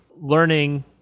learning